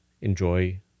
enjoy